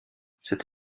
cette